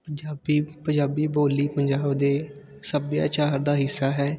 ਪੰਜਾਬੀ ਪੰਜਾਬੀ ਬੋਲੀ ਪੰਜਾਬ ਦੇ ਸੱਭਿਆਚਾਰ ਦਾ ਹਿੱਸਾ ਹੈ